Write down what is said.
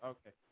Okay